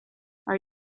are